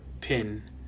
pin